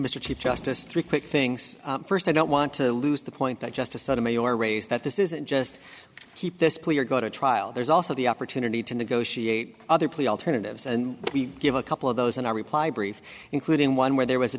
mr chief justice three quick things first i don't want to lose the point that justice sotomayor raised that this isn't just keep this plea or go to trial there's also the opportunity to negotiate other plea alternatives and we give a couple of those in our reply brief including one where there was a